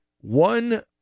One